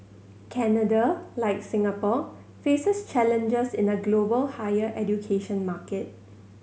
Canada like Singapore faces challenges in a global higher education market